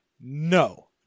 No